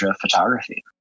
Photography